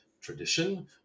tradition